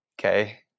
Okay